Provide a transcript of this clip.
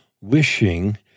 wishing